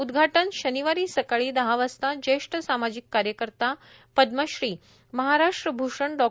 उद्घाटन शनिवारी सकाळी दहा वाजता ज्येष्ठ सामाजिक कार्यकर्ता पद्मश्री महाराष्ट्र भूषण डॉ